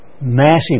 massive